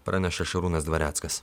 praneša šarūnas dvareckas